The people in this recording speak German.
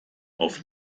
auf